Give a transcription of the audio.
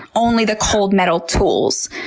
only the cold metal tools.